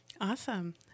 Awesome